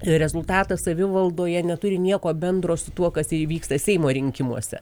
rezultatas savivaldoje neturi nieko bendro su tuo kas įvyksta seimo rinkimuose